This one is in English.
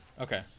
okay